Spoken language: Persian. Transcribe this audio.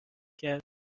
کرد